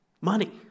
money